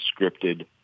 scripted